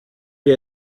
wir